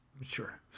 Sure